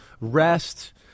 rest